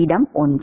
இடம் 1